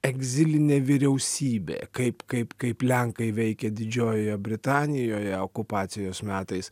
egzilinė vyriausybė kaip kaip kaip lenkai veikė didžiojoje britanijoje okupacijos metais